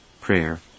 prayer